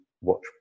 watch